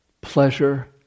pleasure